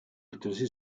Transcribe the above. altresì